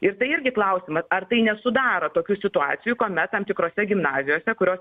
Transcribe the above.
ir tai irgi klausimas ar tai nesudaro tokių situacijų kuomet tam tikrose gimnazijose kurios